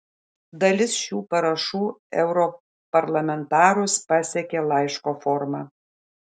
dalis šių parašų europarlamentarus pasiekė laiško forma